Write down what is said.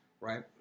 right